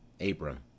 Abram